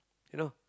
you know